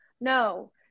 No